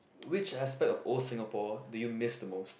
which aspect of old Singapore do you miss the most